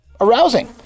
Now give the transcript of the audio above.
arousing